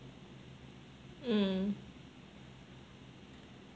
mm